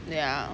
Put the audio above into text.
ya